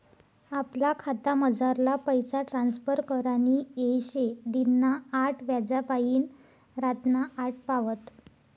आपला खातामझारला पैसा ट्रांसफर करानी येय शे दिनना आठ वाज्यापायीन रातना आठ पावत